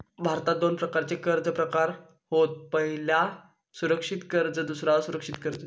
भारतात दोन प्रकारचे कर्ज प्रकार होत पह्यला सुरक्षित कर्ज दुसरा असुरक्षित कर्ज